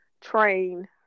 train